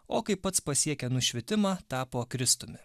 o kai pats pasiekė nušvitimą tapo kristumi